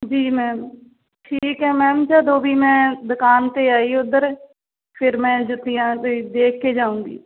ਜੀ ਮੈਮ ਠੀਕ ਹੈ ਮੈਮ ਜਦੋਂ ਵੀ ਮੈਂ ਦੁਕਾਨ 'ਤੇ ਆਈ ਉੱਧਰ ਫਿਰ ਮੈਂ ਜੁੱਤੀਆਂ ਦੇ ਦੇਖ ਕੇ ਜਾਊਂਗੀ